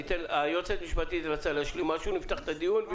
היועצת המשפטית רצתה להשלים משהו ונפתח את הדיון.